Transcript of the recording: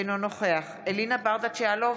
אינו נוכח אלינה ברדץ' יאלוב,